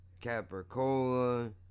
capricola